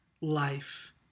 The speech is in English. life